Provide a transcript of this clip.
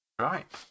Right